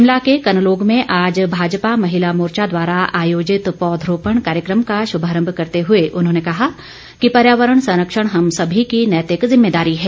शिमला के कनलोग में आज भाजपा महिला मोर्चा द्वारा आयोजित पौधरोपण कार्यक्रम का श्भभरम्भ करते हुए उन्होंने कहा कि पर्यावरण संरक्षण हम सभी की नैतिक जिम्मेदारी है